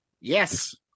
Yes